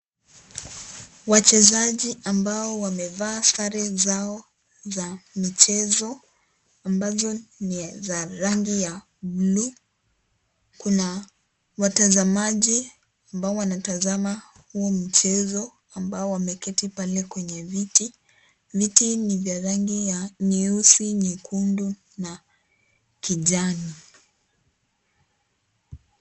Wachezaji ambao wamevaa sare zao za mchezo ambazo ni za rangi ya (cs) blue (cs). Kuna watazamaji ambao wanatazama huu mchezo ambao wameketi pale kwenye viti. Viti ni vya rangi ya nyeusi, nyekundu, na kijani.